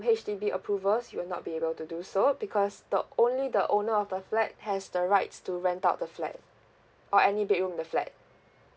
H_D_B approvals you'll not be able to do so because the only the owner of the flat has the rights to rent out the flat or any bedroom in the flat